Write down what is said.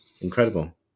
incredible